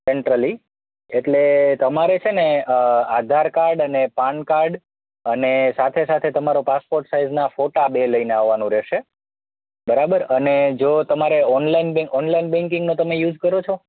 centrally એટલે તમારે છે ને આધારકાર્ડ અને પાનકાર્ડ અને સાથે સાથે તમારો પાસપોર્ટ સાઈઝના ફોટા બે લઈને આવવાનું રહેશે બરાબર અને જો તમારે ઓનલાઈન બેન્કિંગનો તમે યુઝ કરો છો